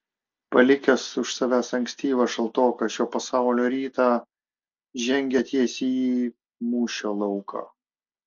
palikęs už savęs ankstyvą šaltoką šio pasaulio rytą žengė tiesiai į mūšio lauką